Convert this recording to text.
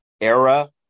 era